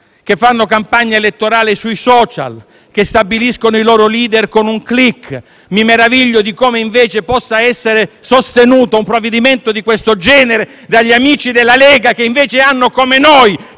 fanno campagna elettorale sui *social* e stabiliscono i loro *leader* con un *click*. Mi meraviglio invece di come possa essere sostenuto un provvedimento di questo genere dagli amici della Lega, che invece hanno, come noi,